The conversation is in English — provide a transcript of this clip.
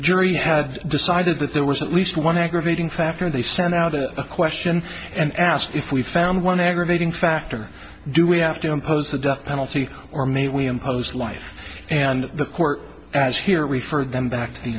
jury had decided that there was at least one aggravating factor and they sent out a question and asked if we found one aggravating factor do we have to impose the death penalty or may we impose life and the court as here referred them back